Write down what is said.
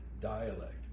dialect